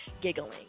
giggling